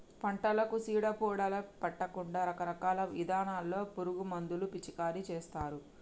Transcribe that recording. పంటలకు సీడ పీడలు పట్టకుండా రకరకాల ఇథానాల్లో పురుగు మందులు పిచికారీ చేస్తారు